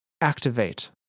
Activate